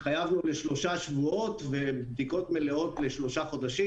התחייבנו לשלושה שבועות ובדיקות מלאות לשלושה חודשים.